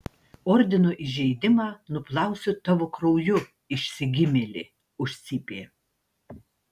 ordino įžeidimą nuplausiu tavo krauju išsigimėli užcypė